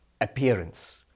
appearance